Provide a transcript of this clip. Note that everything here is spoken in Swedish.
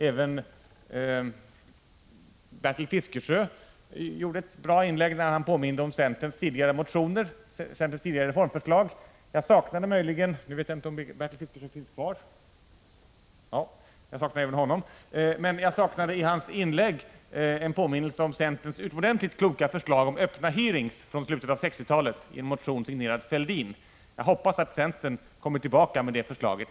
Även Bertil Fiskesjö gjorde ett bra inlägg när han påminde om centerns tidigare reformförslag. Jag saknade i hans inlägg en påminnelse om centerns utomordentligt kloka förslag om öppna hearingar från slutet av 1960-talet i en motion signerad Thorbjörn Fälldin. Jag hoppas att centern kommer tillbaka med det förslaget.